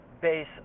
Base